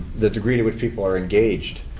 the degree to which people are engaged.